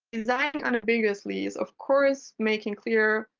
design unambiguously is, of course, making clear